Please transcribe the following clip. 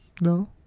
No